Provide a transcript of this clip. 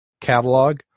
catalog